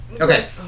Okay